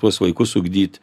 tuos vaikus ugdyti